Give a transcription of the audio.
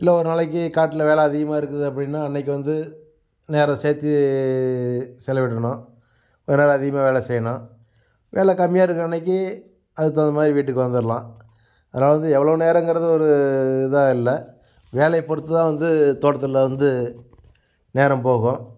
இல்லை ஒரு நாளைக்கு காட்டில வேலை அதிகமாக இருக்குது அப்படினா அன்னைக்கு வந்து நேர சேர்த்தி செலவிடணும் கொஞ்ச நேரம் அதிகமாக வேலை செய்யணும் வேலை கம்மியாக இருக்கிற அன்னைக்கு அதுக்குத் தகுந்தமாதிரி வீட்டுக்கு வந்துடலாம் அதாவது எவ்வளோ நேரங்கிறது ஒரு இதாக இல்லை வேலையைப் பொறுத்துதான் வந்து தோட்டத்தில் வந்து நேரம் போகும்